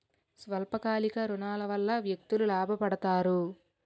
స్వల్ప కాలిక ఋణాల వల్ల వ్యక్తులు లాభ పడతారు